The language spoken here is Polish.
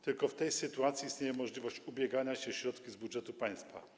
Tylko w tej sytuacji istnieje możliwość ubiegania się o środki z budżetu państwa.